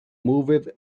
moved